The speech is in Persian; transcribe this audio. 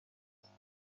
برنده